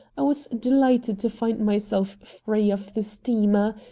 i was delighted to find myself free of the steamer,